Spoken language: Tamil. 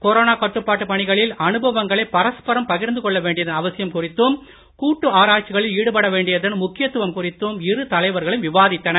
கொரோனா கட்டுப்பாட்டுப் பணிகளில் அனுபவங்களை பரஸ்பரம் பகிர்ந்து கொள்ள வேண்டியதன் அவசியம் குறித்தும் கூட்டு ஆராய்ச்சிகளில் ஈடுபட வேண்டியதன் முக்கியத்துவம் குறித்தும் இரு தலைவர்களும் விவாதித்தனர்